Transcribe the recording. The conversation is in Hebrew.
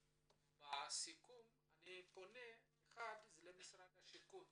בסיכום אני פונה למשרד השיכון